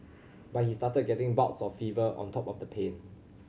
but he started getting bouts of fever on top of the pain